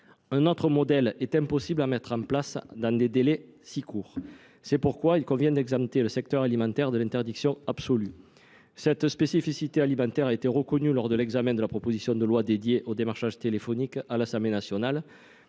Un autre modèle est impossible à mettre en place dans des délais si courts. C'est pourquoi il convient d'examter le secteur alimentaire de l'interdiction absolue. Cette spécificité alimentaire a été reconnue lors de l'examen de la proposition de loi dédiée au démarchage téléphonique à l'Assemblée nationale.